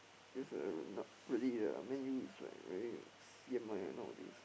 guess I'm not really a Man-U is like really C_M_I nowadays